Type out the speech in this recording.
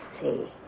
see